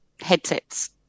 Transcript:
headsets